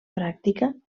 pràctica